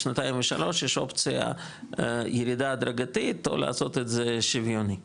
שנתיים ושלוש יש אופציה ירידה הדרגתית או לעשות את זה שוויוני.